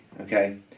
okay